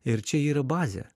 ir čia yra bazė